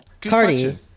Cardi